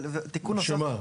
אבל תיקון נוסף --- שמה?